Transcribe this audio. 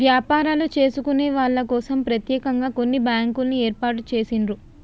వ్యాపారాలు చేసుకునే వాళ్ళ కోసం ప్రత్యేకంగా కొన్ని బ్యాంకుల్ని ఏర్పాటు చేసిండ్రు